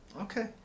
Okay